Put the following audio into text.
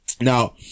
Now